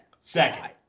second